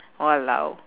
!walao!